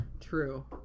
True